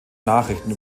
nachrichten